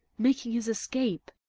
making his escape!